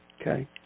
Okay